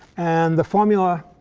and the formula